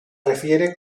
refiere